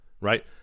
right